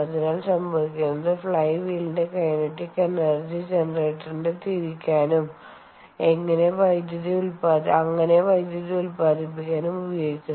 അതിനാൽ സംഭവിക്കുന്നത് ഫ്ളൈ വീലിന്റെ കൈനറ്റിക് എനർജി ജനറേറ്ററിനെ തിരിക്കാനും അങ്ങനെ വൈദ്യുതി ഉത്പാദിപ്പിക്കാനും ഉപയോഗിക്കുന്നു